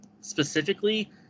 specifically